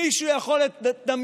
מישהו יכול לדמיין